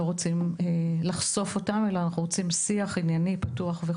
רוצים לחשוף אותם אלא אנחנו רוצים דיון ענייני ופתוח.